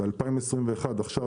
ב-2021 עכשיו,